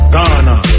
Ghana